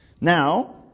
Now